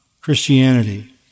Christianity